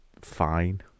fine